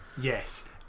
Yes